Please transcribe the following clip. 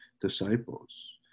disciples